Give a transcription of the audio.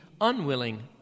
unwilling